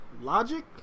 Logic